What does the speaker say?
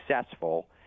successful